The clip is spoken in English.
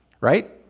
right